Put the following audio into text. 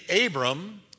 Abram